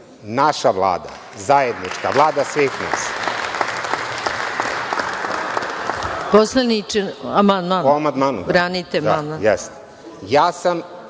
naša Vlada, zajednička Vlada svih nas.